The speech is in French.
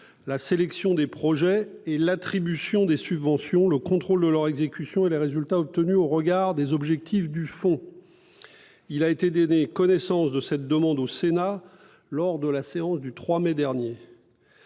la sélection des projets et l'attribution des subventions, le contrôle de leur exécution et les résultats obtenus au regard des objectifs du fonds. Il a été donné connaissance de cette demande au Sénat lors de la séance du 3 mai dernier.